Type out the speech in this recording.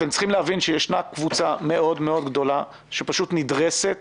אתם צריכים להבין שישנה קבוצה מאוד מאוד גדולה שפשוט נדרסת